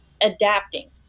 adapting